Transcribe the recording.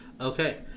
Okay